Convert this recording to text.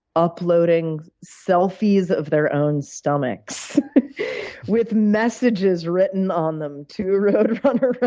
uploading selfies of their own stomachs with messages written on them to roadrunner ah